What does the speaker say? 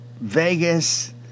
Vegas